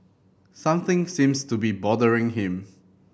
something seems to be bothering him